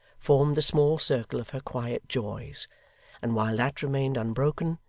formed the small circle of her quiet joys and while that remained unbroken,